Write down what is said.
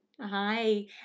Hi